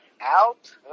Out